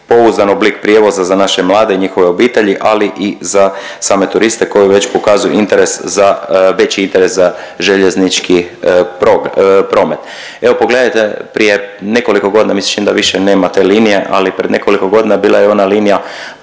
pouzdan oblik prijevoza za naše mlade i njihove obitelji, ali i za same turiste koji već pokazuju interes za, veći interes željeznički promet. Evo pogledajte prije nekoliko godina, meni se čini da više nema te linije ali pred nekoliko godina bila je ona linija